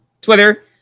Twitter